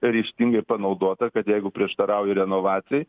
ryžtingai panaudota kad jeigu prieštarauji renovacijai